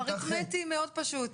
אריתמטי מאוד פשוט.